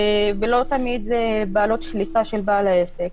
ולא תמיד בעלות שליטה של בעל העסק.